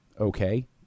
okay